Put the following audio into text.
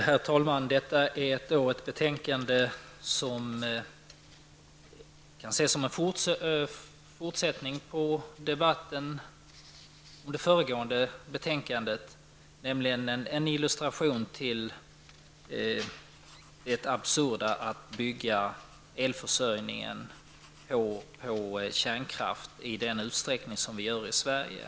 Herr talman! Debatten om detta betänkande kan ses som en fortsättning på debatten om det föregående betänkandet, nämligen en illustration till det absurda i att bygga elförsörjningen på kärnkraft i den utsträckning som vi gör i Sverige.